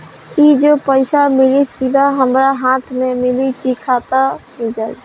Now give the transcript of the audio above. ई जो पइसा मिली सीधा हमरा हाथ में मिली कि खाता में जाई?